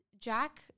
Jack